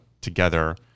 together